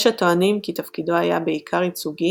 יש הטוענים כי תפקידו היה בעיקר ייצוגי,